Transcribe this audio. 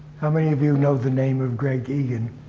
how many of you know the name of greg egan?